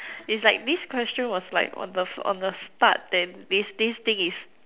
is like this question was like on the on the start than this this thing is